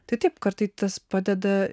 tai taip kartais tas padeda